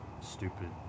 stupid